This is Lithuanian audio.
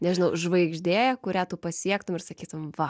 nežinau žvaigždė kurią tu siektum ir sakytum va